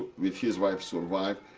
with his wife, survived,